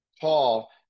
Paul